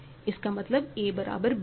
इसका मतलब a बराबर b है